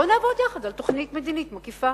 בוא נעבוד יחד על תוכנית מדינית מקיפה.